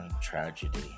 tragedy